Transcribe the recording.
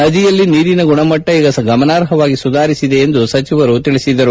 ನದಿಯಲ್ಲಿ ನೀರಿನ ಗುಣಮಟ್ಟ ಈಗ ಗಮನಾರ್ಹವಾಗಿ ಸುಧಾರಿಸಿದೆ ಎಂದು ಸಚಿವರು ಹೇಳಿದರು